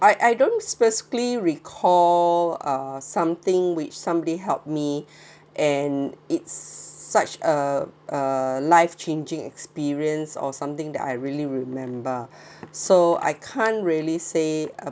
I I don't specifically recall uh something which somebody helped me and it's such a a life changing experience or something that I really remember so I can't really say